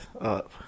up